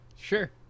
sure